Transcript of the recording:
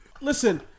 Listen